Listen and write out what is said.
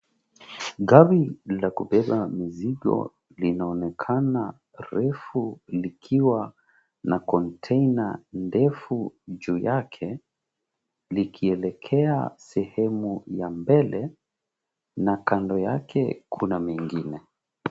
Gari la kubeba mizigo linaonekana refu likiwa na container ndefu juu yake, likielekea sehemu ya mbele na kando yake kuna mengine.